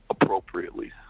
appropriately